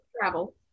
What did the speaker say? travel